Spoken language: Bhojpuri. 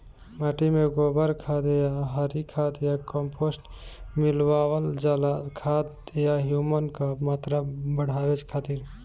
माटी में गोबर खाद या हरी खाद या कम्पोस्ट मिलावल जाला खाद या ह्यूमस क मात्रा बढ़ावे खातिर?